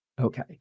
Okay